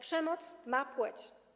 Przemoc ma płeć.